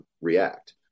react